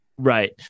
Right